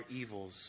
evils